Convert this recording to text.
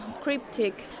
cryptic